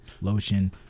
lotion